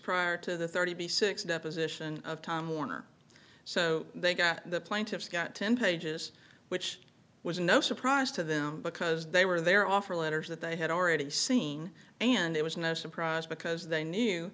prior to the thirty six deposition of time warner so they got the plaintiffs got ten pages which was no surprise to them because they were there offer letters that they had already seen and it was no surprise because they knew